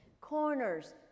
Corners